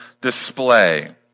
display